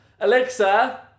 Alexa